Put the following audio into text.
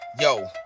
Yo